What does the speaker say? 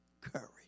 courage